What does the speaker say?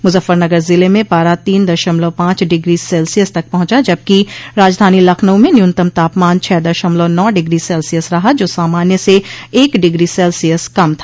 मुज्जफ्फरनगर जिले में पारा तीन दशमलव पाँच डिग्री सेल्सियस तक पहुंचा जबकि राजधानी लखनऊ में न्यूनतम तापमान छःदशमलव नौ डिग्री सेल्सियस रहा जो सामान्य से एक डिग्री सेल्सियस कम था